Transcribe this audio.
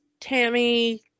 Tammy